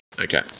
Okay